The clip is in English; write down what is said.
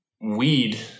weed